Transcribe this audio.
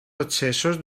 excessos